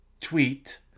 tweet